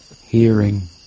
Hearing